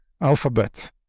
alphabet